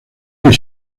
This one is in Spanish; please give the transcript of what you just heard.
que